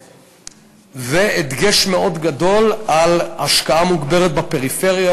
ויש הדגש מאוד גדול על השקעה מוגברת בפריפריה,